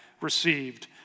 received